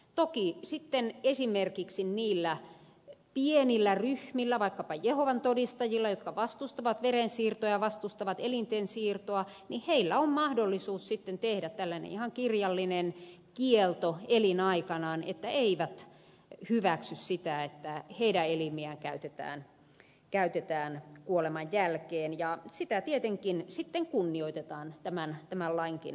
toki sitten esimerkiksi niillä pienillä ryhmillä vaikkapa jehovan todistajilla jotka vastustavat verensiirtoja vastustavat elintensiirtoa on mahdollisuus sitten tehdä tällainen ihan kirjallinen kielto elinaikanaan että eivät hyväksy sitä että heidän elimiään käytetään kuoleman jälkeen ja sitä tietenkin sitten kunnioitetaan tämän lainkin mukaan